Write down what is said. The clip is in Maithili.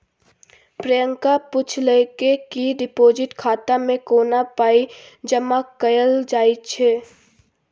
प्रियंका पुछलकै कि डिपोजिट खाता मे कोना पाइ जमा कयल जाइ छै